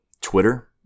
Twitter